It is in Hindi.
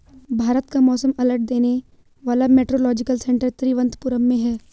भारत का मौसम अलर्ट देने वाला मेट्रोलॉजिकल सेंटर तिरुवंतपुरम में है